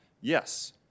yes